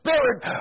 Spirit